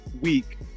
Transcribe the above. Week